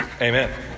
Amen